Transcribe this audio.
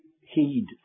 heed